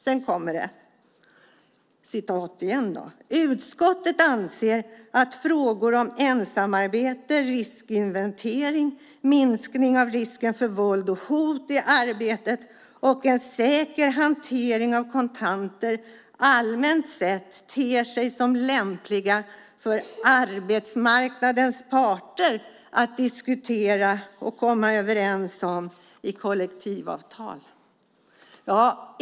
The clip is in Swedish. Sedan kommer det: "Utskottet anser att frågor om ensamarbete, riskinventering, minskning av risken för våld och hot i arbetet och en säker hantering av kontanter allmänt sett ter sig som lämpliga för arbetsmarknadens parter att diskutera och komma överens om i kollektivavtal."